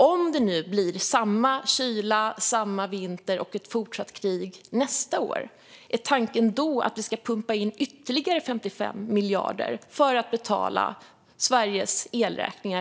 Om det blir samma kyla och kriget fortsätter nästa år, är tanken att vi även då ska pumpa in ytterligare 55 miljarder för att betala svenskarnas elräkningar?